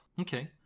Okay